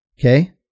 Okay